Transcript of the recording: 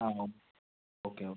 ആ okay okay